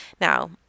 now